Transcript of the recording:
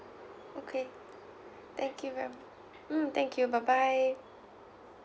okay thank you ma'am mm thank you bye bye